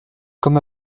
comme